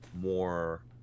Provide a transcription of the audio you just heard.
more